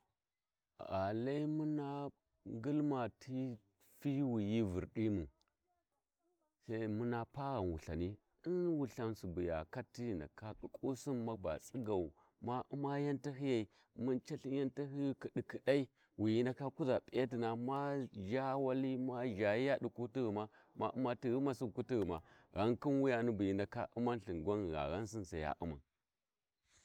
﻿Gha lai muna ngulma ti fiwi hi Vurdiwu sai muna paghau Wulthani din Wultha Subu niya kat ghi ndaka ƙuƙƙusin ma gaba tsigau ma umma yon tahiyai mu calthin yau tahiyi kidkidai wi wi ndaka kuʒa p’iyatina ma zha wali ma zhayiya di kutighama ma umma ti ghumasi kutighuma ghan khin wuya bu hi ndaka uman lthin gwan ghaghausin lthingwan Sai ya umma.